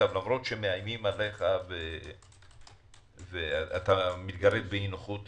למרות שמאיימים עליך ואתה מתגרה באי נוחות,